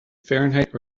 fahrenheit